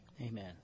Amen